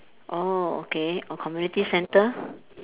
oh okay or community centre